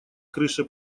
крыше